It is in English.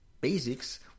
basics